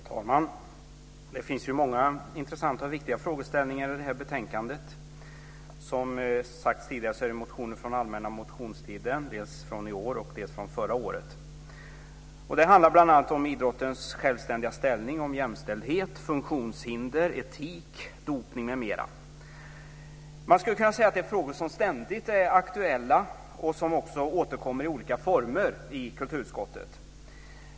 Herr talman! Det finns många intressanta och viktiga frågeställningar i detta betänkande. Som sagts tidigare gäller det motioner från allmänna motionstiden dels från i år, dels från förra året. Det handlar bl.a. om idrottens självständiga ställning, jämställdhet, funktionshinder, etik, dopning m.m. Man skulle kunna säga att det är frågor som ständigt är aktuella och som också återkommer i olika former i kulturutskottet.